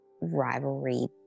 rivalry